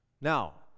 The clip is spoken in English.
Now